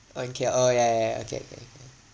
okay oh ya ya ya okay okay okay